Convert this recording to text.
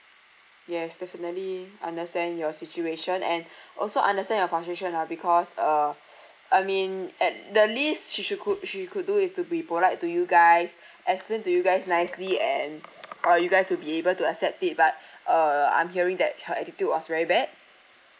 yes definitely understand your situation and also understand your frustration lah because uh I mean at the least she should could she could do is to be polite to you guys explain to you guys nicely and uh you guys to be able to accept it but uh I'm hearing that her attitude was very bad